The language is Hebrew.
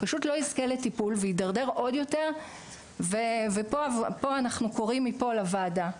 פשוט לא יזכה לטיפול ויתדרדר עוד יותר ופה אנחנו קוראים מפה לוועדה,